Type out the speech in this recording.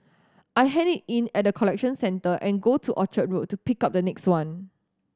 I hand it in at the collection centre and go to Orchard Road to pick up the next one